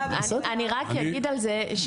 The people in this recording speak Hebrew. אני רק אגיד על זה,